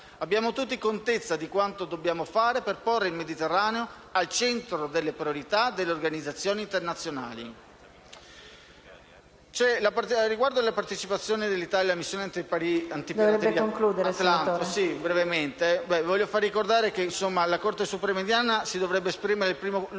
Abbiamo tutti contezza di quanto dobbiamo fare per porre il Mediterraneo al centro delle priorità delle organizzazioni internazionali.